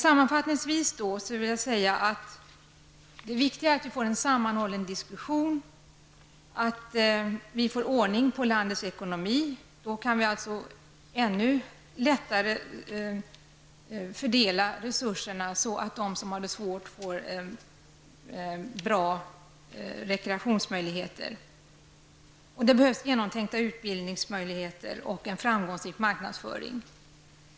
Sammanfattningsvis vill jag säga att det viktiga är att vi får en sammanhållen diskussion och att vi får ordning på landets ekonomi. Då kan vi ännu lättare fördela resurserna, så att de som har det svårt får bra rekreationsmöjligheter. Det behövs en genomtänkt utbildning och en framgångsrik marknadsföring.